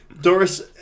Doris